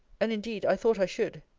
and indeed i thought i should.